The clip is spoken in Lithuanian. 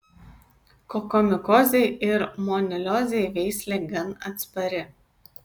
kokomikozei ir moniliozei veislė gan atspari